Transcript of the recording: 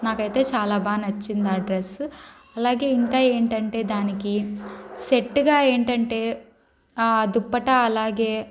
నాకైతే చాలా బాగా నచ్చింది ఆ డ్రెస్సు అలాగే ఇంకా ఏంటంటే దానికి సెట్గా ఏంటంటే ఆ దుప్పట అలాగే